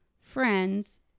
friends